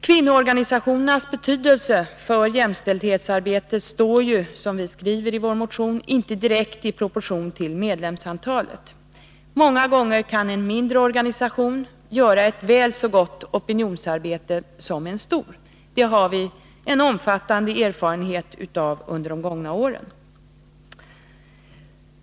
Kvinnoorganisationernas betydelse för jämställdhetsarbetet står ju, som vi skriver i vår motion, inte direkt i proportion till medlemsantalet. Många gånger kan en mindre organisation göra ett väl så gott opinionsarbete som en stor. Det har vi under de gångna åren fått en omfattande erfarenhet av.